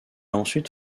ensuite